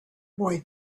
boy